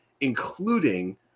including